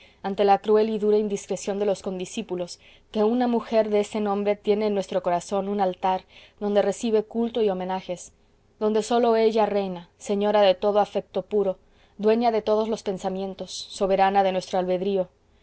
ante la cruel y dura indiscreción de los condiscípulos que una mujer de ese nombre tiene en nuestro corazón un altar donde recibe culto y homenajes donde sólo ella reina señora de todo afecto puro dueño de todos los pensamientos soberana de nuestro albedrío